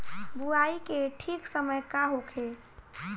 बुआई के ठीक समय का होखे?